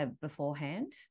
beforehand